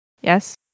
Yes